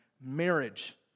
Marriage